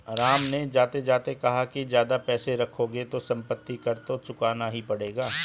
राम ने जाते जाते कहा कि ज्यादा पैसे रखोगे तो सम्पत्ति कर तो चुकाना ही पड़ेगा